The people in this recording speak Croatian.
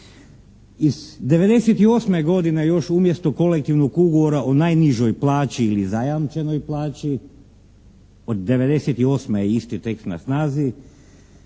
Iz '98. godine još umjesto Kolektivnog ugovora o najnižoj plaći ili zajamčenoj plaći, od '98. je isti tekst na snazi